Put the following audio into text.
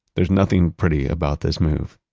there's nothing pretty about this move.